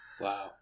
wow